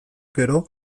gero